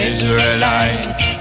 Israelite